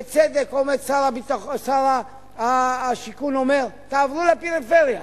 בצדק עומד שר השיכון ואומר: תעברו לפריפריה.